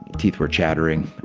teeth were chattering.